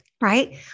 right